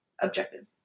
objective